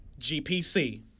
GPC